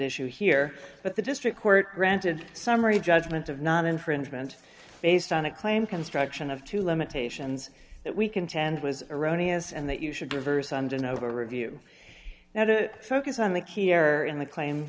issue here but the district court granted summary judgment of not infringement based on a claim construction of two limitations that we contend was erroneous and that you should reverse under an overview now to focus on the key error in the claim